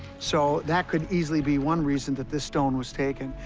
so that could easily be one reason that this stone was taken,